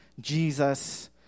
jesus